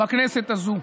בכנסת הזו,